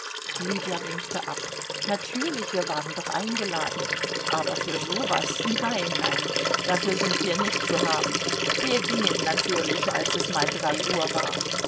lydia winkte ab natürlich wir waren doch eingeladen aber für so was nein nein dafür sind wir nicht zu haben wir gingen natürlich als es mal drei uhr war